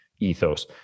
Ethos